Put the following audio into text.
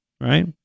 Right